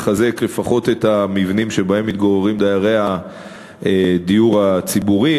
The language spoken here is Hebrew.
לחזק לפחות את המבנים שבהם מתגוררים דיירי הדיור הציבורי.